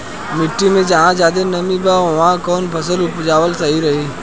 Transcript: मिट्टी मे जहा जादे नमी बा उहवा कौन फसल उपजावल सही रही?